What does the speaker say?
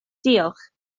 diolch